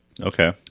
Okay